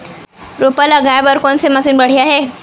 रोपा लगाए बर कोन से मशीन बढ़िया हे?